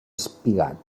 espigat